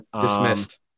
Dismissed